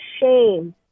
shame